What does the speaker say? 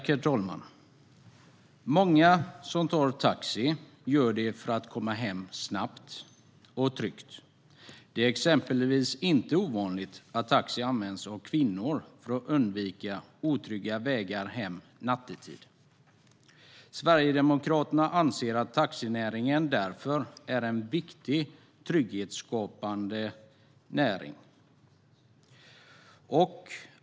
Herr talman! Många som tar taxi gör det för att komma hem snabbt och tryggt. Det är exempelvis inte ovanligt att taxi används av kvinnor för att undvika otrygga vägar hem nattetid. Sverigedemokraterna anser att taxinäringen därför är en viktig trygghetsskapande näring.